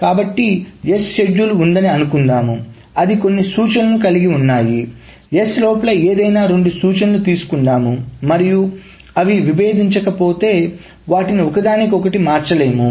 కాబట్టి S schedule ఉందని అనుకుందాం అది కొన్ని సూచనలు కలిగి ఉన్నాయి S లోపల ఏదైనా రెండు సూచనలను తీసుకుందాము మరియు అవి విభేదించకపోతే వాటిని ఒకదానికొకటి మార్చలేము